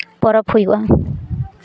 ᱯᱚᱨᱚᱵᱽ ᱦᱩᱭᱩᱜᱼᱟ